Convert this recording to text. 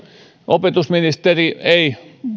opetusministeri ei